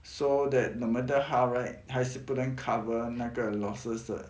so that no matter how right 还是不能 cover 那个 losses 的